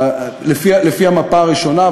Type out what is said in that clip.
לפי המפה הראשונה.